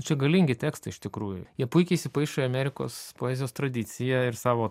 čia galingi tekstai iš tikrųjų jie puikiai įsipaišo į amerikos poezijos tradiciją ir savo